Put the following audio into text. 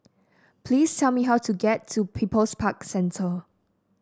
please tell me how to get to People's Park Centre